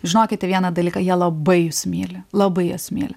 žinokite vieną dalyką jie labai jus myli labai jus myli